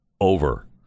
over